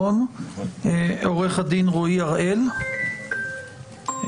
הדברים שאמר בכלל בכינוס לזכרו של הרב צבי יהודה קוק,